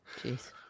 Jeez